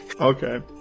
Okay